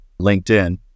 LinkedIn